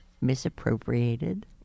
Misappropriated